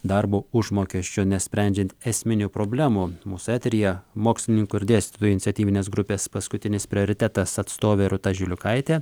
darbo užmokesčio nesprendžiant esminių problemų mūsų eteryje mokslininkų ir dėstytojų iniciatyvinės grupės paskutinis prioritetas atstovė rūta žiliukaitė